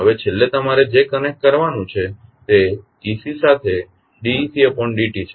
હવે છેલ્લે તમારે જે કનેક્ટ કરવાનું છે તે ect સાથે d ecd t છે